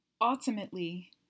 Ultimately